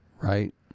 Right